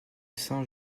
cent